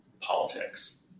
politics